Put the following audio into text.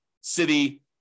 city